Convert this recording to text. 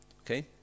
okay